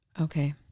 Okay